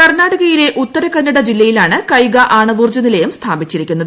കർണാടകയിലെ ഉത്തര കന്നട ജില്ലയിലാണ് കൈഗ ആണവോർജ്ജ നിലയം സ്ഥാപിച്ചിരിക്കുന്നത്